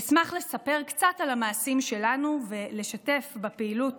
אשמח לספר קצת על המעשים שלנו ולשתף בפעילות